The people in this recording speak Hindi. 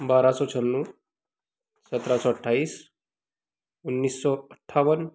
बारह सौ छन्नू सत्रह सौ अट्ठाईस उन्नीस सौ अट्ठावन